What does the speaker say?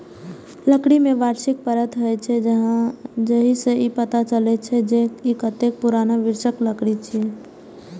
लकड़ी मे वार्षिक परत होइ छै, जाहि सं ई पता चलै छै, जे ई कतेक पुरान वृक्षक लकड़ी छियै